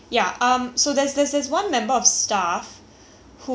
who ah I found was very very rude to my mother in law